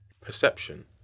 perception